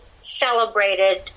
celebrated